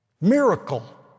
Miracle